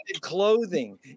clothing